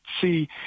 see